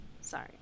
Sorry